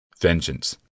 Vengeance